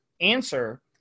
answer